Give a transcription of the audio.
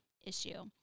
issue